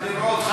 אני אתך,